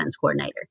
coordinator